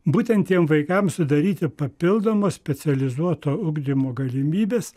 būtent tiem vaikam sudaryti papildomo specializuoto ugdymo galimybes